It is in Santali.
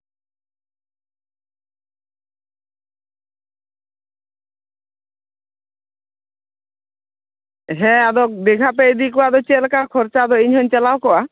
ᱦᱮᱸ ᱟᱫᱚ ᱫᱤᱜᱷᱟ ᱯᱮ ᱤᱫᱤ ᱠᱚᱣᱟ ᱟᱫᱚ ᱪᱮᱫ ᱞᱮᱠᱟ ᱠᱷᱚᱨᱪᱟ ᱫᱚ ᱟᱫᱚ ᱤᱧ ᱦᱚᱧ ᱪᱟᱞᱟᱣ ᱠᱚᱜᱼᱟ